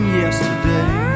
yesterday